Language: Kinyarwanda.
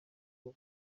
ubu